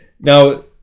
Now